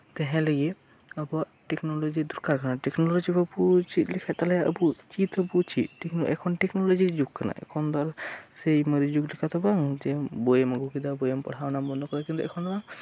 ᱛᱟᱸᱦᱮ ᱞᱟᱹᱜᱤᱫ ᱟᱵᱚᱣᱟᱜ ᱴᱮᱠᱱᱳᱞᱚᱡᱤ ᱫᱚᱨᱠᱟᱨ ᱠᱟᱱᱟ ᱴᱮᱠᱱᱳᱞᱚᱡᱤ ᱵᱟᱝᱵᱚ ᱪᱮᱫ ᱞᱮᱠᱷᱟᱱ ᱛᱟᱦᱞᱮ ᱟᱵᱚ ᱪᱮᱫ ᱟᱵᱚ ᱪᱮᱫ ᱮᱠᱷᱚᱱ ᱴᱮᱠᱱᱳᱞᱚᱡᱤ ᱡᱩᱜ ᱠᱟᱱᱟ ᱮᱠᱷᱚᱱ ᱫᱚ ᱚᱱᱟ ᱢᱟᱨᱮ ᱡᱩᱜ ᱞᱮᱠᱟ ᱫᱚ ᱵᱟᱝ ᱡᱮ ᱯᱩᱸᱛᱷᱤᱮᱢ ᱟᱹᱜᱩ ᱠᱮᱫᱟ ᱯᱩᱸᱛᱷᱤᱭᱮᱢ ᱯᱟᱲᱦᱟᱣ ᱮᱱᱟ ᱵᱚᱱᱫᱚ ᱠᱟᱫᱟ ᱮᱠᱷᱚᱱ ᱱᱚᱣᱟ